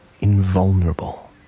invulnerable